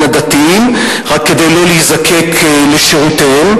הדתיים רק כדי לא להזדקק לשירותיהם,